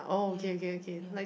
ya ya